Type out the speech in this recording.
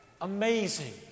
Amazing